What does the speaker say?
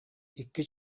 икки